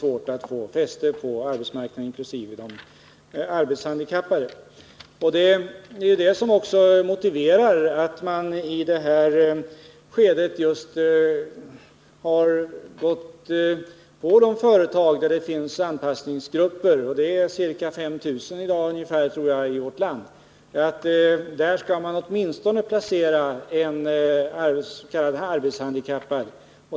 de arbetshandikappade, som har svårt att få fäste på arbetsmarknaden. Det är det som också har motiverat att man just i det här skedet har gått på de företag där det finns anpassningsgrupper. F. n. finns det, tror jag, ca 5 000 sådana i vårt land. Där skall man placera åtminstone en s.k. arbetshandikappad.